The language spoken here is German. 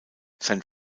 sein